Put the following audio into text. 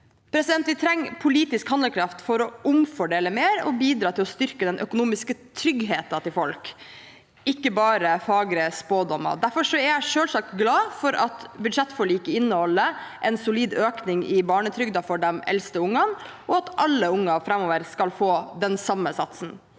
priskrise. Vi trenger politisk handlekraft for å omfordele mer og bidra til å styrke den økonomiske tryggheten til folk, ikke bare fagre spådommer. Derfor er jeg selvsagt glad for at budsjettforliket inneholder en solid økning i barnetrygden for de eldste ungene, og at alle unger framover skal få den samme satsen.